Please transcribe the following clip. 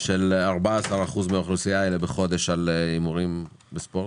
של 14% מן האוכלוסייה הזאת בחודש על הימורים בספורט?